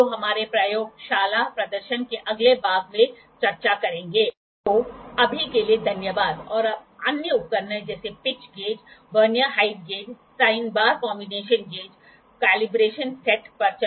बाहरी reflecting reflector beam के सभी हिस्सों को वापस उपकरण में रिफ्लेक्ट करता है जहां बीम को फोटो डिटेक्टर photo detector द्वारा केंद्रित और पता लगाया जाता है